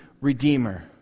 Redeemer